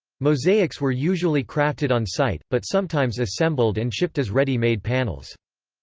mosaics were usually crafted on site, but sometimes assembled and shipped as ready-made panels.